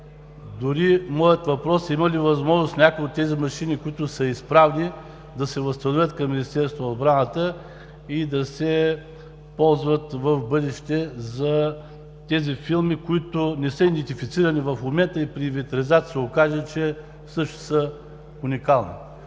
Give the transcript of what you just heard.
лв. Моят въпрос: има ли възможност някои от тези машини, които са изправни да се възстановят към Министерство на отбраната и да се ползват в бъдеще за тези филми, които не са идентифицирани в момента и при инвентаризацията се окаже, че всъщност са уникални,